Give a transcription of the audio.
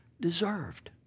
deserved